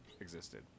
existed